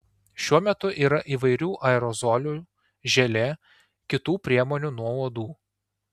šiuo metu yra įvairių aerozolių želė kitų priemonių nuo uodų